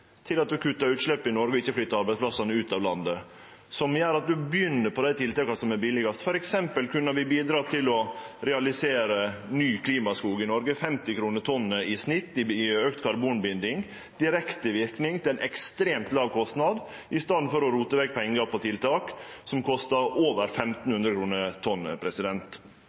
til at ein kuttar utslepp i Noreg og ikkje flyttar arbeidsplassane ut av landet, som gjer at ein begynner på dei tiltaka som er billigast. For eksempel kunne vi bidrege til å realisere ny klimaskog i Noreg, 50 kr/tonn i snitt i auka karbonbinding, direkte verknad til ein ekstremt låg kostnad, i staden for å rote vekk pengar på tiltak som kostar over